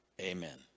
Amen